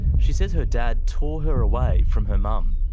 she says her dad tore her away from her mum.